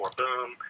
boom –